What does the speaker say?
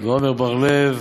ועמר בר-לב,